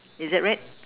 is it red